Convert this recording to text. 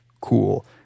cool